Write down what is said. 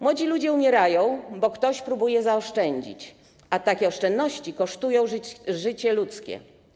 Młodzi ludzie umierają, bo ktoś próbuje zaoszczędzić, a takie oszczędności kosztują życie ludzkie.